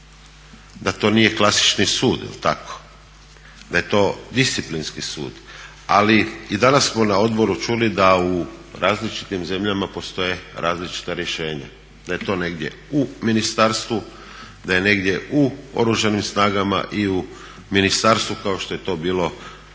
da to nije klasični sud, je li tako, da je to disciplinski sud, ali i danas smo na odboru čuli da u različitim zemljama postoje različita rješenja, da je to negdje u ministarstvu, da je negdje u Oružanim snagama i u Ministarstvu kao što je to bilo